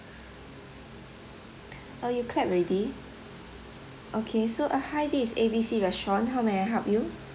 uh you clap already okay so uh hi this is A B C restaurant how may I help you